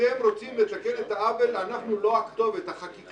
הכנסת עיסאווי פריג' וחיליק